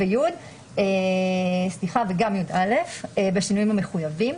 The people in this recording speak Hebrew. (י), (יא) בשינויים המחויבים".